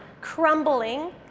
crumbling